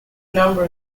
number